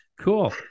Cool